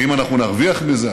האם אנחנו נרוויח מזה,